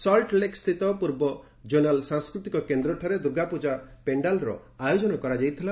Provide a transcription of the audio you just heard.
ସଲ୍ଚ Lake ସ୍ଥିତ ପୂର୍ବ zonal ସାଂସ୍କୃତିକ କେନ୍ଦ୍ରଠାରେ ଦୂର୍ଗାପ୍ଟଜା ପେଣ୍ଡାଲର ଆୟୋଜନ କରାଯାଇଥିଲା